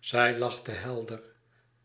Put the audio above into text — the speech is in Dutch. zij lachte helder